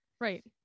right